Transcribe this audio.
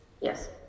Yes